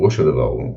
פירוש הדבר הוא,